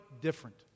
different